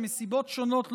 שמסיבות שונות,